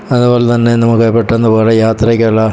അതുപോലെ തന്നെ നമുക്ക് പെട്ടെന്ന് പോകേണ്ട യാത്രയ്ക്കുള്ള